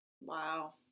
Wow